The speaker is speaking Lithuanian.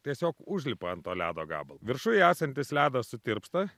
tiesiog užlipa ant to ledo gabalo viršuj esantis ledas sutirpsta